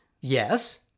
Yes